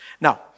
Now